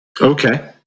Okay